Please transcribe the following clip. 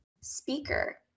speaker